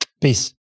Peace